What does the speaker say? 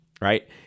right